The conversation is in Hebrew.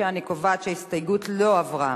אני קובעת שההסתייגות לא עברה.